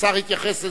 השר התייחס לזה.